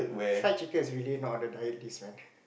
fried chicken is really not on the diet list man